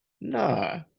No